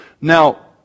Now